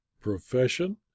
profession